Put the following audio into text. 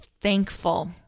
thankful